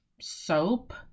soap